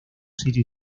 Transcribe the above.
sitio